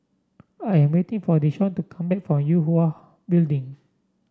I am waiting for Deshawn to come back from Yue Hwa Building